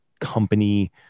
company